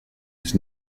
has